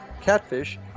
catfish